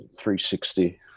360